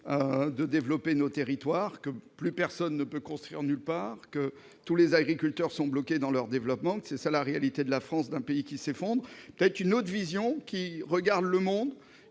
de développer nos territoires, que plus personne ne peut construire nulle part, que tous les agriculteurs sont bloqués dans leur développement. Telle serait la réalité de la France, d'un pays qui s'effondre. Et, de leur côté, les autres regardent le monde